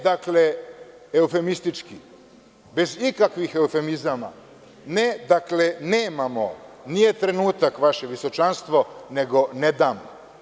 Dakle, ne eufemistički, bez ikakvih eufemizama, ne – nemamo, nije trenutak, vaše visočanstvo, nego – ne dam.